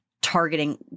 targeting